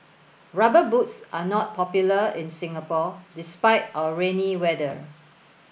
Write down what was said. rubber boots are not popular in Singapore despite our rainy weather